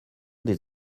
des